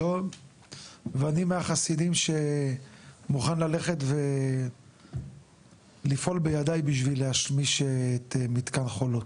טוב ואני מהחסידים שמוכן ללכת ולפעול בידיי בשביל להשמיש את מתקן חולות,